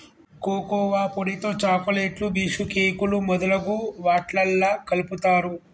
cocoa పొడితో చాకోలెట్లు బీషుకేకులు మొదలగు వాట్లల్లా కలుపుతారు